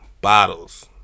Bottles